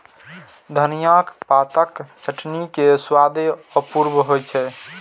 धनियाक पातक चटनी के स्वादे अपूर्व होइ छै